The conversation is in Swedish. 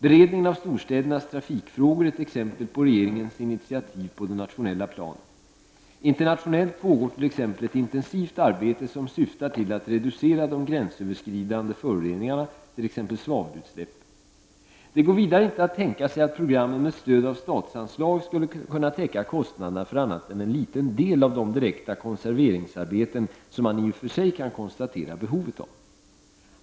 Beredningen av storstädernas trafikfrågor är ett exempel på regeringens initiativ på det nationella planet. Internationellt pågår t.ex. ett intensivt arbete som syftar till att reducera de gränsöverskridande föroreningarna, t.ex. svavelutsläppen. Det går vidare inte att tänka sig att programmen med stöd av statsanslag skulle kunna täcka kostnaderna för annat än en liten del av de direkta konserveringsarbeten som man i och för sig kan konstatera behovet av.